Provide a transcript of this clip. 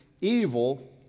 evil